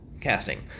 casting